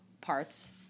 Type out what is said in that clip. parts